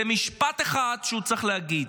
זה משפט אחד שהוא צריך להגיד: